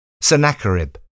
Sennacherib